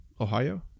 Ohio